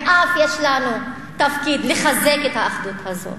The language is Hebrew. ואף יש לנו תפקיד לחזק את האחדות הזאת